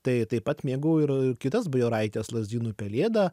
tai taip pat mėgau ir kitas bajoraites lazdynų pelėdą